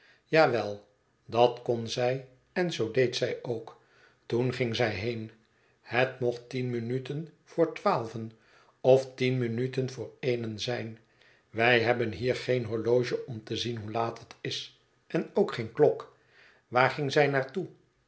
ja wel dat kon zij en zoo deed zij ook toen ging zij heen het mocht tien minuten voor twaalven of tien minuten voor eenen zijn wij hebben hier geen horloge om te zien hoe laat het is en ook geen klok waar ging zij naar